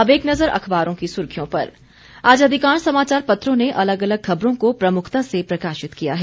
अब एक नजर अखबारों की सुर्खियों पर आज अधिकांश समाचार पत्रों ने अलग अलग खबरों को प्रमुखता से प्रकाशित किया है